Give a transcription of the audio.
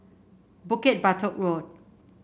Bukit Batok Road